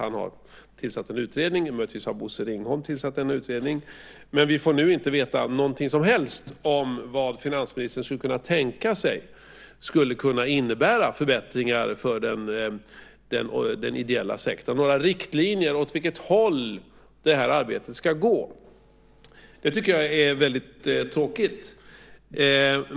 Han har tillsatt en utredning - möjligtvis har Bosse Ringholm tillsatt denna utredning. Men nu får vi inte veta någonting alls om vad finansministern skulle kunna tänka sig skulle kunna innebära förbättringar för den ideella sektorn - alltså riktlinjer för åt vilket håll det här arbetet ska gå. Det tycker jag är väldigt tråkigt.